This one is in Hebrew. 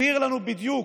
הבהיר לנו בדיוק